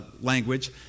language